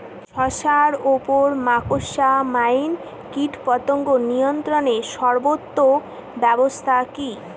শশার উপর মাকড়সা মাইট কীটপতঙ্গ নিয়ন্ত্রণের সর্বোত্তম ব্যবস্থা কি?